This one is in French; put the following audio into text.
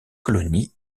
colonie